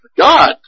God